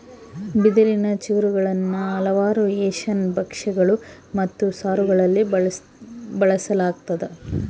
ಬಿದಿರಿನ ಚಿಗುರುಗುಳ್ನ ಹಲವಾರು ಏಷ್ಯನ್ ಭಕ್ಷ್ಯಗಳು ಮತ್ತು ಸಾರುಗಳಲ್ಲಿ ಬಳಸಲಾಗ್ತದ